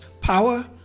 power